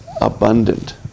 abundant